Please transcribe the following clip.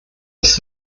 das